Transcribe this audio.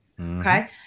Okay